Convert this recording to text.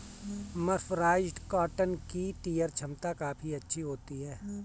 mercerised cotton की tear छमता काफी अच्छी होती है